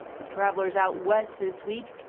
for travellers out west this week,